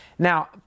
Now